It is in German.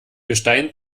gestein